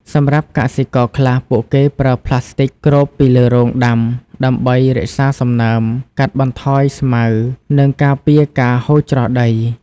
សម្រាប់កសិករខ្លះ ពួកគេប្រើ ប្លាស្ទិក គ្របពីលើរងដាំ ដើម្បីរក្សាសំណើម កាត់បន្ថយស្មៅ និងការពារការហូរច្រោះដី។